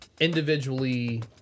individually